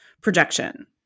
projection